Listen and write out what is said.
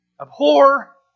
abhor